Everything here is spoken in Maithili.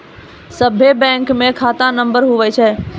सभे बैंकमे खाता नम्बर हुवै छै